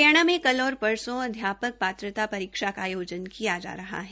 हरियाणा में कल और परसों अध्यापक पात्रता परीक्षा का अयोजन किया जा रहा है